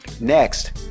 Next